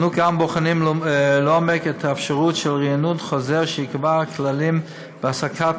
אנו גם בוחנים לעומק את האפשרות של רענון חוזר שיקבע כללים להעסקת